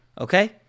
Okay